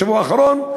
בשבוע האחרון,